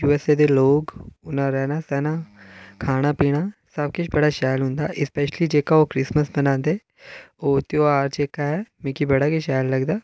U S A दे लोक उं'दा रैह्ना सैह्ना खाना पीना सब किश उं'दा बड़ा शैल हुंदा ऐ स्पेशली जेह्का ओह् क्रिसमिस मनांदे ओह् ध्यार जेह्का ऐ मिकी बड़ा गै शैल लगदा